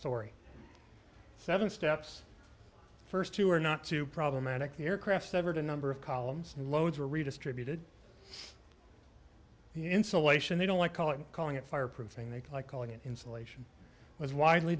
story seven steps first two are not too problematic the aircraft severed a number of columns and loads were redistributed the insulation they don't like calling calling it fire proofing they like calling it insulation was widely